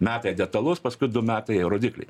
metai detalus paskui du metai rodikliai